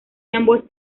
ambos